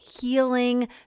healing